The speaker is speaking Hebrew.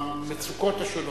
המצוקות השונות.